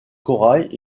corail